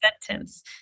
sentence